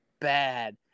bad